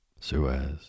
Suez